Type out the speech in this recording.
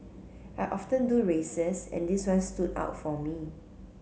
I often do races and this one stood out for me